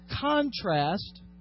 contrast